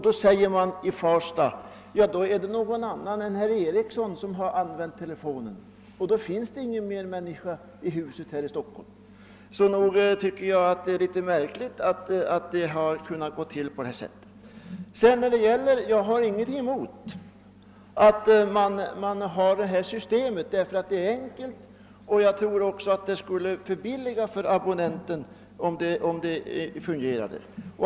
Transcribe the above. Då svarade televerket att det måste vara någon annan än herr Eriksson som har använt telefonen. Det finns emellertid ingen annan människa i huset där telefonen är placerad. Nog är det litet märkligt att det kan gå till på det sättet. Jag har ingenting emot att man :använder det nuvarande debiteringssystemet, ty det är enkelt, och jag tror också att det skulle vara förbilligande för abonnenten, om det fungerade.